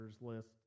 list